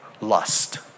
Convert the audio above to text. lust